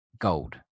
gold